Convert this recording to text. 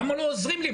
למה לא עוזרים לי?